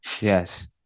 Yes